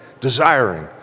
desiring